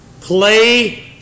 Play